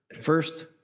First